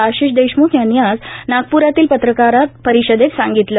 आशिष देशमुख यांनी आज नागप्रातील पत्रकार परिषदेत सांगितले